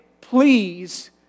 please